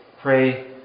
pray